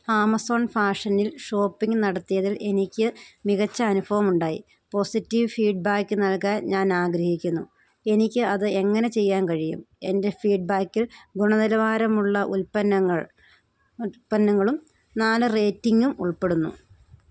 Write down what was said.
Amazon ഫാഷനിൽ shopping നടത്തിയതിൽ എനിക്കു മികച്ച അനുഭവമുണ്ടായി പോസിറ്റീവ് ഫീഡ്ബാക്ക് നൽകാൻ ഞാനാഗ്രഹിക്കുന്നു എനിക്ക് അത് എങ്ങനെ ചെയ്യാൻ കഴിയും എന്റെ ഫീഡ്ബാക്കിൽ ഗുണനിലവാരമുള്ള ഉൽപ്പന്നങ്ങൾ ഉൽപ്പന്നങ്ങളും നാല് റേറ്റിങ്ങും ഉൾപ്പെടുന്നു